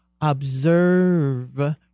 observe